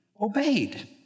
obeyed